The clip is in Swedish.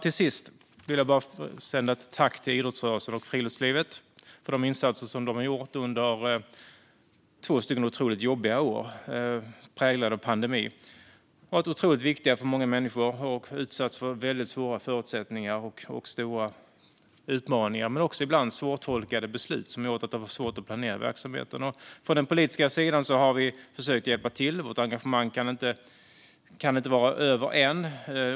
Till sist vill jag sända ett tack till idrottsrörelsen och friluftslivet för de deras insatser under två otroligt jobbiga år som har präglats av pandemin. De har varit viktiga för många människor och har haft svåra förutsättningar och utsatts för stora utmaningar och ibland svårtolkade beslut. Det har gjort det svårt att planera verksamheten. Från den politiska sidan har vi försökt hjälpa till. Och vårt engagemang kan inte vara över än.